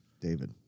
David